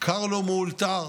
קרלו מאולתר,